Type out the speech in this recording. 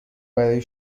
برای